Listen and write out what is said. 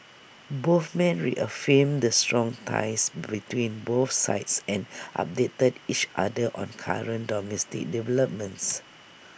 both men reaffirmed the strong ties between both sides and updated each other on current domestic developments